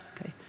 okay